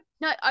No